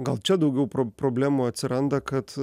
gal čia daugiau problemų atsiranda kad